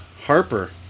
Harper